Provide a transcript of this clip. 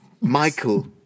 Michael